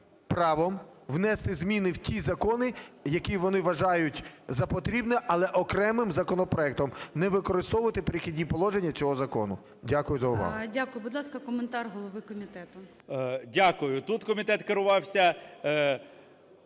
правом внести зміни в ті закони, які вони вважають за потрібне, але окремим законопроектом, не використовувати "Перехідні положення" цього закону. Дякую за увагу. ГОЛОВУЮЧИЙ. Дякую. Будь ласка, коментар голови комітету. 13:53:38 КНЯЖИЦЬКИЙ М.Л. Дякую. Тут комітет керувався